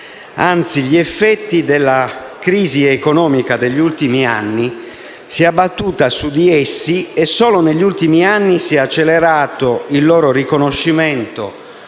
Anzi, gli effetti della crisi economica degli ultimi anni si sono abbattuti su di essi e solo ultimamente si è accelerato il loro riconoscimento